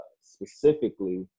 specifically